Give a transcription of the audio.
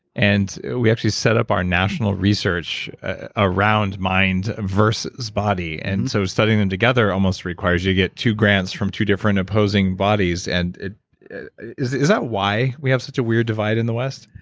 and we actually set up our national research around mind versus body. and so studying them together almost requires you to get two grants from two different opposing bodies. and is is that why we have such a weird divide in the west?